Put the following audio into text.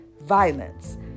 violence